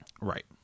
right